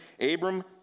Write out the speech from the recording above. Abram